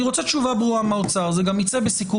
אני רוצה תשובה ברורה מהאוצר וזה ייצא גם בסיכום